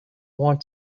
want